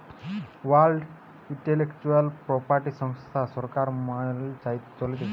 world intellectual property সংস্থা সরকার মাইল চলতিছে